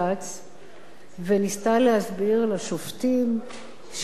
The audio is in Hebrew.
וניסתה להסביר לשופטים שחברה הטוב,